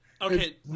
okay